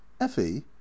effie